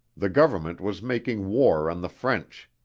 the government was making war on the french.